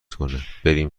کنهبریم